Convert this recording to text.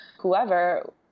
whoever